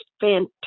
fantastic